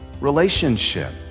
relationship